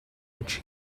which